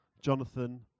Jonathan